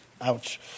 Ouch